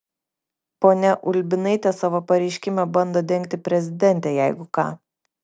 ponia ulbinaitė savo pareiškime bando dengti prezidentę jeigu ką